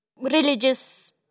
religious